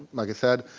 like i said.